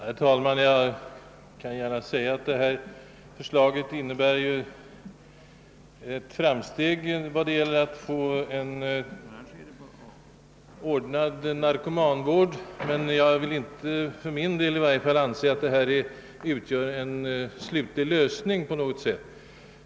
Herr talman! Förevarande förslag till lagändring innebär självfallet ett fram steg i arbetet på att få till stånd en ordnad narkomanvård, men jag kan för min del inte anse att det här är fråga om en slutlig lösning.